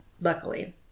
Luckily